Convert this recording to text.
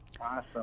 Awesome